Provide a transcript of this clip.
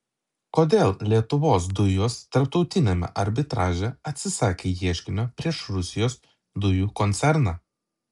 kodėl lietuvos dujos tarptautiniame arbitraže atsisakė ieškinio prieš rusijos dujų koncerną